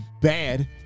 bad